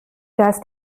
das